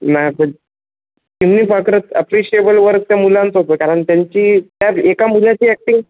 नाही पण चिमणी पाखरं अप्रिशिएबल वर्क त्या मुलांचं होतं कारण त्यांची त्या एका मुलाची ॲक्टिंग